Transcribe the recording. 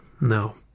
No